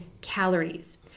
calories